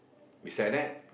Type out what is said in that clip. beside that